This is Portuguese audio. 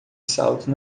salto